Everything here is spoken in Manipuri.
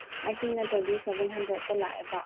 ꯑꯥꯏꯁꯤꯡ ꯅꯠꯇ꯭ꯔꯗꯤ ꯁꯕꯦꯟ ꯍꯟꯗ꯭ꯔꯦꯠꯇ ꯂꯥꯛꯑꯦꯕ